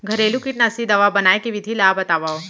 घरेलू कीटनाशी दवा बनाए के विधि ला बतावव?